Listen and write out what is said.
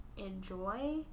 enjoy